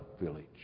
village